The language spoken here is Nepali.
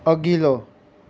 अघिल्लो